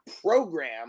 program